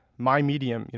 my medium,